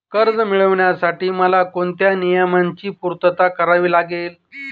कर्ज मिळविण्यासाठी मला कोणत्या नियमांची पूर्तता करावी लागेल?